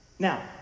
Now